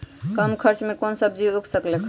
कम खर्च मे कौन सब्जी उग सकल ह?